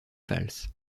valls